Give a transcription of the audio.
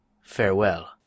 Farewell